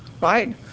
Right